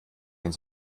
denn